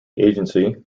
agency